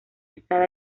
usada